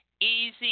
easy